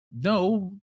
no